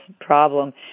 problem